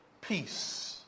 peace